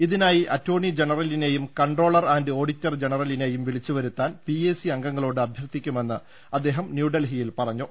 ഇതിനായി അറ്റോർണി ജനറലിനെയും controller and auditor ജനറ ലിനെയും വിളിച്ചു വരുത്താൻ പി എ സി അംഗങ്ങളോട് അഭ്യർത്ഥി ക്കുമെന്ന് അദ്ദേഹം ന്യൂഡൽഹിയിൽ പറഞ്ഞു